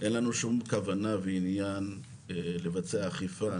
אין לנו שום כוונה ועניין לבצע אכיפה.